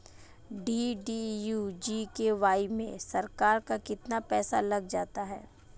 DDU GKY में सरकार का कितना पैसा लग जाता है?